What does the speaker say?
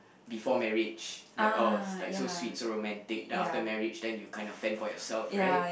before marriage like oh like so sweet so romantic then after marriage then you kind of fend for yourself right